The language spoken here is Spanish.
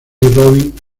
robin